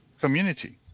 community